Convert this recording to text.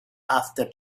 after